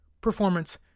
performance